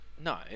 no